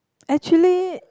actually